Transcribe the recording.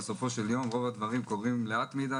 בסופו של יום רוב הדברים קורים לאט מידי,